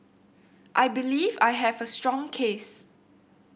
I believe I have a strong case